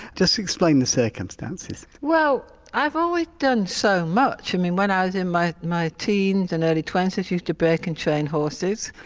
just explain the circumstances well i've always done so much. i mean when i was in my my teens and early twenties i used to break and train horses.